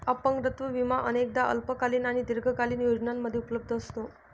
अपंगत्व विमा अनेकदा अल्पकालीन आणि दीर्घकालीन योजनांमध्ये उपलब्ध असतो